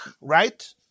right